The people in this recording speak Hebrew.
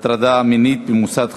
הטרדה מינית במוסד חינוך),